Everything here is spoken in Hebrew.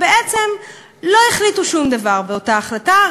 ובעצם לא החליטו שום דבר באותה החלטה,